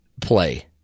play